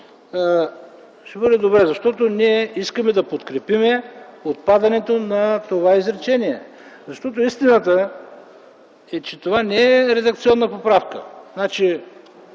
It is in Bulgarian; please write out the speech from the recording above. ще бъде добре. Защото ние искаме да подкрепим отпадането на това изречение. Истината е, че това не е редакционна поправка.